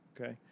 Okay